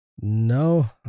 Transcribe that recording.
No